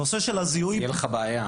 הנושא של הזיהוי --- תהיה לך בעיה.